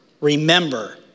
remember